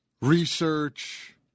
Research